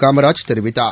காமராஜ் தெரிவித்தார்